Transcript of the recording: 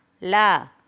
la